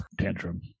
tantrum